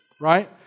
right